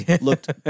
looked